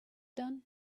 done